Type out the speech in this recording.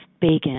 bacon